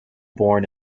born